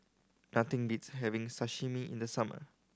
nothing beats having Sashimi in the summer